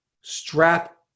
strap